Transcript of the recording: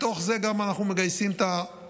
בתוך זה אנחנו גם מגייסים את האזרחים,